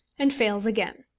and fails again!